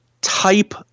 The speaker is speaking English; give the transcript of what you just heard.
type